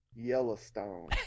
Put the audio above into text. Yellowstone